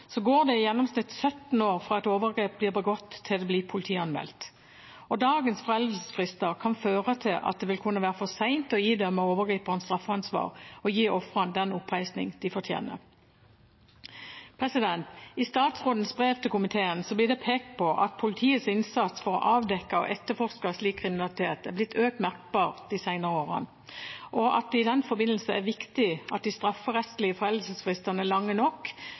går det i gjennomsnitt 17 år fra et overgrep blir begått, til det blir politianmeldt. Dagens foreldelsesfrister kan føre til at det vil kunne være for sent å idømme overgriperen straffeansvar og gi ofrene den oppreisningen de fortjener. I statsrådens brev til komiteen blir det pekt på at politiets innsats for å avdekke og etterforske slik kriminalitet er blitt økt merkbart de senere årene, og at det i den forbindelse er viktig at de strafferettslige foreldelsesfristene er lange nok